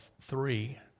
three